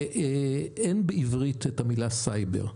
בעברית אין מילה לסייבר.